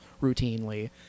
routinely